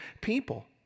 people